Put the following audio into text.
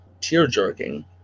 tear-jerking